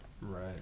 Right